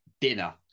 dinner